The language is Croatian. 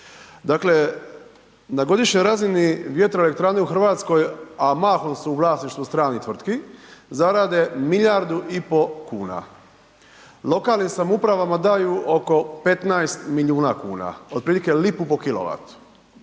Dakle, na godišnjoj razini vjetroelektrane u Hrvatskoj a mahom su u vlasništvu stranih tvrtki, zarade milijardu i pol kuna. Lokalnim samoupravama daju oko 15 milijuna kuna, otprilike lipu po kW.